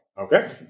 Okay